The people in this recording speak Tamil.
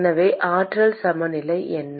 எனவே ஆற்றல் சமநிலை என்ன